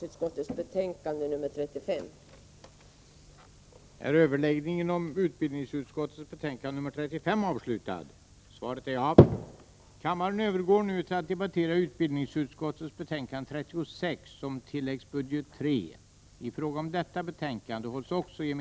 Jag yrkar bifall till utskottets hemställan i utbildningsutskottets betänkande 35.